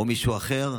או מישהו אחר?